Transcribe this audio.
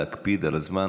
להקפיד על הזמן.